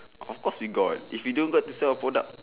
of course we got if we don't got to sell our product